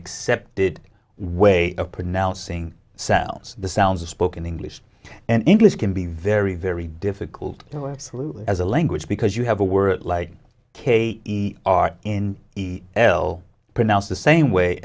accepted way of pronouncing selves the sounds of spoken english and english can be very very difficult no absolutely as a language because you have a word like k e r in l pronounced the same way